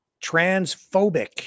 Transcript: transphobic